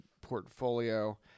portfolio